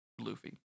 Luffy